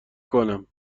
کنم